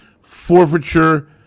forfeiture